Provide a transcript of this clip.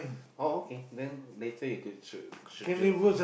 oh okay then later you could should should do